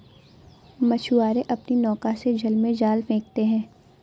मछुआरे अपनी नौका से जल में जाल फेंकते हैं